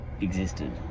existed